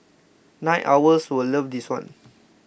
night owls will love this one